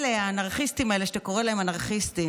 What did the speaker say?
אלה, האנרכיסטים